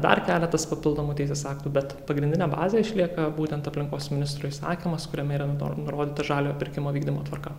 dar keletas papildomų teisės aktų bet pagrindinė bazė išlieka būtent aplinkos ministro įsakymas kuriame yra nurodyta žaliojo pirkimo vykdymo tvarka